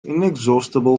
inexhaustible